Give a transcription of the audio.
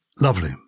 Lovely